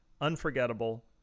Unforgettable